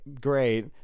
great